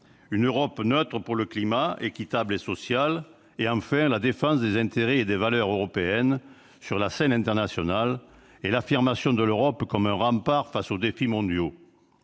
une Europe neutre pour le climat, équitable et sociale ; enfin, la défense des intérêts et des valeurs européennes sur la scène internationale et l'affirmation de l'Europe comme un rempart face aux défis mondiaux.